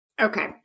Okay